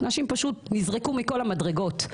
נשים פשוט נזרקו מכל המדרגות.